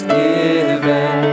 given